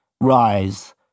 rise